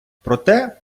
проте